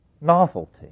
novelty